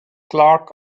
clark